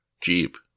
Jeep